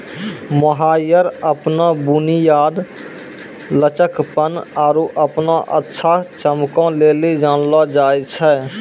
mohair अपनो बुनियाद, लचकपन आरु अपनो अच्छा चमको लेली जानलो जाय छै